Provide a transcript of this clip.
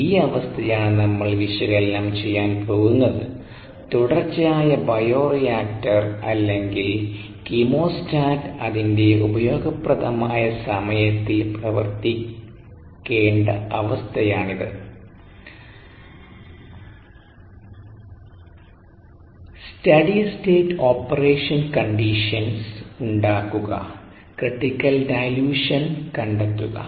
ഈ അവസ്ഥയാണ് നമ്മൾ വിശകലനം ചെയ്യാൻ പോകുന്നത് തുടർച്ചയായ ബയോ റിയാക്റ്റർ അല്ലെങ്കിൽ കീമോസ്റ്റാറ്റ് അതിന്റെ ഉപയോഗപ്രദമായ സമയത്തിൽ പ്രവർത്തിക്കേണ്ട അവസ്ഥയാണിത് സ്റ്റഡി സ്റ്റേറ്റ് ഓപ്പറേഷൻ കണ്ടീഷൻസ് ഉണ്ടാക്കുക ക്രിറ്റിക്കൽ ഡയല്യൂഷൻ റേറ്റ് കണ്ടെത്തുക